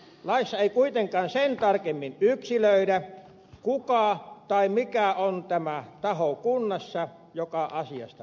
laissa ei kuitenkaan sen tarkemmin yksilöidä kuka tai mikä on kunnassa tämä taho joka asiasta päättää